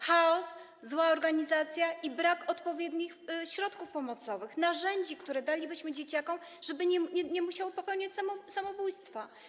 Chaos, zła organizacja i brak odpowiednich środków pomocowych, narzędzi, które dalibyśmy dzieciakom, żeby nie musiały popełniać samobójstwa.